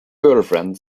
girlfriend